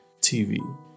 TV